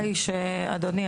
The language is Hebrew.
אדוני,